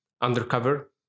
undercover